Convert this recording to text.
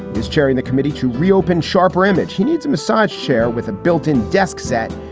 he's chairing the committee to reopen sharper image. he needs a massage chair with a built in desk set,